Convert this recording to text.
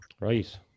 Right